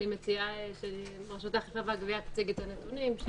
אני מציעה שרשות האכיפה והגבייה תציג את הנתונים.